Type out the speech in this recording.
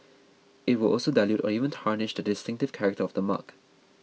it will also dilute or even tarnish the distinctive character of the mark